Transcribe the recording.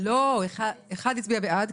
סעיף הבא.